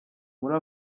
muri